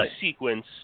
sequence